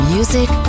Music